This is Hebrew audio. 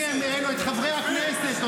את חברי הכנסת.